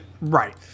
Right